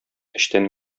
эчтән